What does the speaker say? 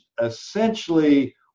essentially